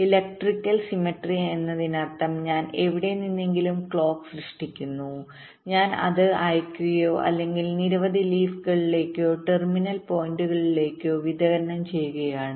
electrical symmetry എന്നതിനർത്ഥം ഞാൻ എവിടെ നിന്നെങ്കിലും ക്ലോക്ക് സൃഷ്ടിക്കുന്നു ഞാൻ അത് അയയ്ക്കുകയോ അല്ലെങ്കിൽ നിരവധി ലീഫ് കളിലേക്കോ ടെർമിനൽ പോയിന്റുകളിലേക്കോവിതരണം ചെയ്യുകയാണ്